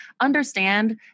understand